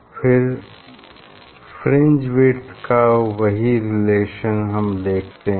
फिर fringe width का वही रिलेशन हम देखते हैं